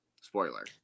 Spoiler